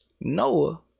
Noah